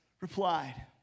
replied